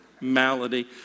malady